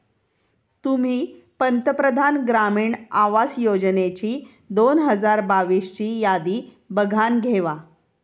तुम्ही पंतप्रधान ग्रामीण आवास योजनेची दोन हजार बावीस ची यादी बघानं घेवा